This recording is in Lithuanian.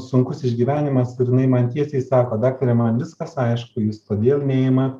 sunkus išgyvenimas ir jinai man tiesiai sako daktare man viskas aišku jūs todėl neimat